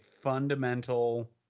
fundamental